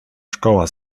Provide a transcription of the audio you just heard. szkoła